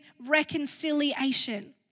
reconciliation